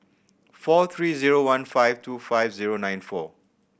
four three zero one five two five zero nine four